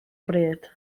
bryd